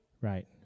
Right